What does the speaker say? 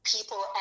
People